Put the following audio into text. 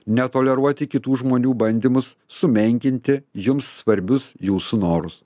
netoleruoti kitų žmonių bandymus sumenkinti jums svarbius jūsų norus